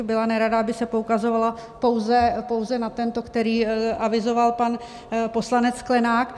Byla bych nerada, aby se poukazovalo pouze na tento, který avizoval pan poslanec Sklenák.